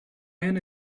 man